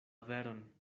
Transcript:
veron